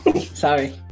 Sorry